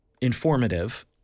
informative